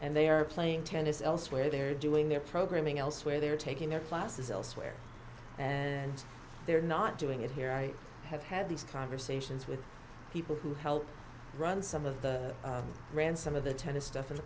and they are playing tennis elsewhere they're doing their programming elsewhere they're taking their classes elsewhere and they're not doing it here i have had these conversations with people who help run some of the ran some of the tennis stuff in the